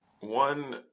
one